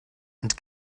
and